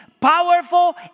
powerful